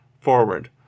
forward